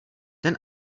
ten